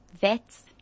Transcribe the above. vets